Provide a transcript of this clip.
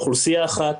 אוכלוסיית אחת